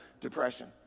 depression